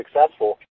successful